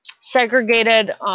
segregated